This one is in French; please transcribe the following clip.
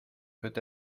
peut